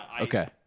Okay